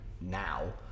now